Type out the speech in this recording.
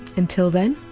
until then.